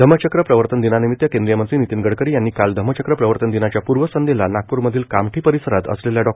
धम्मचक्र प्रवर्तन दिनानिमित्त केंद्रीय मंत्री नितीन गडकरी यांनी काल धम्मचक्र प्रवर्तन दिनाच्या पूर्वसंध्येला नागपूरमधील कामठी परिसरात असलेल्या डॉ